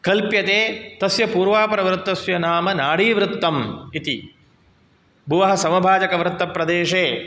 कल्प्यते तस्य पूर्वापरवृत्तस्य नाम नारीवृत्तम् इति भुवः समभाजकवृत्तप्रदेशे